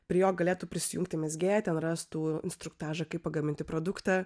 prie jo galėtų prisijungti mezgėja ten rastų instruktažą kaip pagaminti produktą